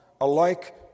alike